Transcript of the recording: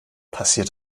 passiert